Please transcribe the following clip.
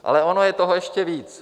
Ale ono je toho ještě víc.